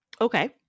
Okay